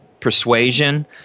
persuasion